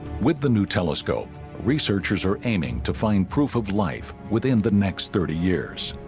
with the new telescope researchers are aiming to find proof of life within the next thirty years